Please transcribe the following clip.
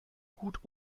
gut